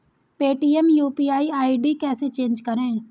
Paytm UPI ID कैसे change करें?